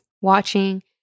watching